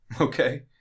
Okay